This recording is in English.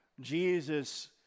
Jesus